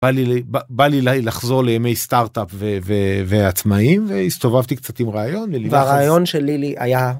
בא לי לי לחזור לימי סטארטאפ ועצמאים והסתובבתי קצת עם רעיון, ורעיון של לילי היה.